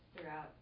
throughout